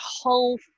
whole